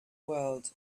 world